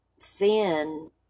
Sin